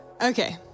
Okay